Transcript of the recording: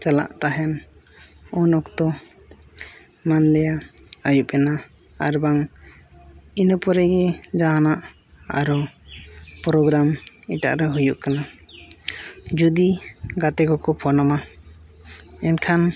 ᱪᱟᱞᱟᱜ ᱛᱟᱦᱮᱱ ᱩᱱ ᱚᱠᱛᱚ ᱢᱮᱱᱫᱚ ᱟᱹᱭᱩᱵ ᱮᱱᱟ ᱟᱨ ᱵᱟᱝ ᱤᱱᱟᱹ ᱯᱚᱨᱮᱜᱮ ᱡᱟᱦᱟᱱᱟᱜ ᱟᱨᱦᱚᱸ ᱮᱴᱟᱜᱨᱮ ᱦᱩᱭᱩᱜ ᱠᱟᱱᱟ ᱡᱩᱫᱤ ᱜᱟᱛᱮ ᱠᱚᱠᱚ ᱟᱢᱟ ᱮᱱᱠᱷᱟᱱ